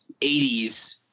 80s